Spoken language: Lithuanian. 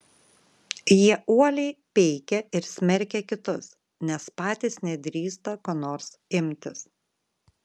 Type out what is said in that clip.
jie uoliai peikia ir smerkia kitus nes patys nedrįsta ko nors imtis